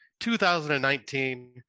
2019